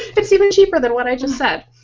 it's even cheaper than what i just said.